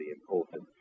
important